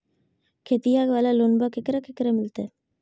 खेतिया वाला लोनमा केकरा केकरा मिलते?